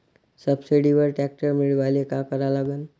सबसिडीवर ट्रॅक्टर मिळवायले का करा लागन?